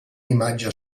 imatge